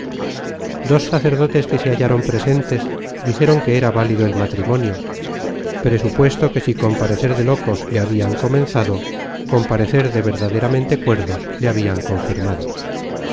dos sacerdotes que se hallaron presentes dijeron que era válido el matrimonio presupuesto que si con parecer de locos le habian